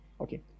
Okay